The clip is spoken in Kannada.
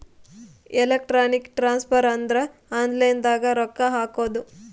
ಎಲೆಕ್ಟ್ರಾನಿಕ್ ಟ್ರಾನ್ಸ್ಫರ್ ಅಂದ್ರ ಆನ್ಲೈನ್ ದಾಗ ರೊಕ್ಕ ಹಾಕೋದು